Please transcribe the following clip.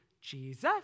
Jesus